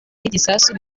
n’igisasu